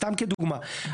סתם כדוגמה,